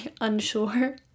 unsure